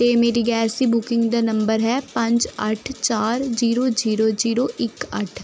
ਅਤੇ ਮੇਰੀ gas booking ਦਾ ਨੰਬਰ ਹੈ ਪੰਜ ਅੱਠ ਚਾਰ ਜੀਰੋ ਜੀਰੋ ਜੀਰੋ ਇੱਕ ਅੱਠ